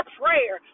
prayer